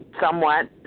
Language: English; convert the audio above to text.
somewhat